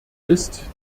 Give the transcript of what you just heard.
ist